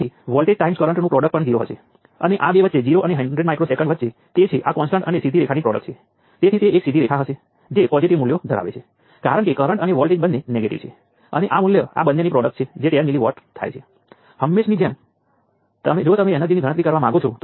આપણી પાસે દરેક નોડ ઉપર કિર્ચોફ કરંટ લૉ અને દરેક લૂપની આસપાસ કિર્ચોફ વોલ્ટેજ લૉ છે અને છેવટે આ તમામ સર્કિટના વિશિષ્ટ ગુણધર્મો છે